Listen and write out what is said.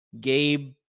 Gabe